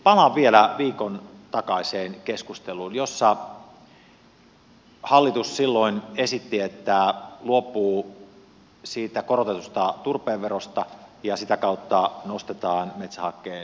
palaan vielä viikon takaiseen keskusteluun jossa hallitus silloin esitti että luopuu siitä korotetusta turpeen verosta ja sitä kautta nostetaan metsähakkeen veroa